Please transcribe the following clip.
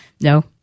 No